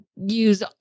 use